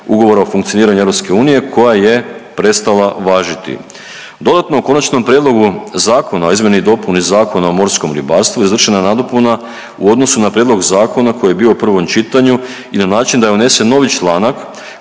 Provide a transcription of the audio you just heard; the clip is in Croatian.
Ugovora o funkcioniranju EU koja je prestala važiti. Dodatno u Konačnom prijedlogu zakona o izmjeni i dopuni Zakona o morskom ribarstvu izvršena je nadopuna u odnosu na Prijedlog zakona koji je bio u prvom čitanju i na način da je unesen novi članak